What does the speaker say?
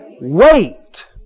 wait